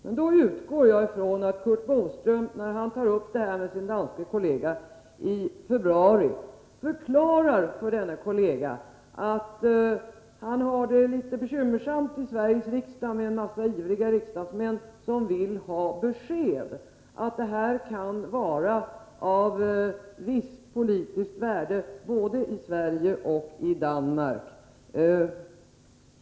Men då utgår jag från att Curt Boström, när han tar upp det här med sin danska kollega i februari, förklarar för denna kollega att han har det Om en fast förlitet bekymmersamt i Sveriges riksdag med en mängd ivriga riksdagsmän som bindelse mellan vill ha besked att det här kan vara av visst politiskt värde, både i Sverige och i Malmö och Köpen Danmark.